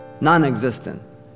non-existent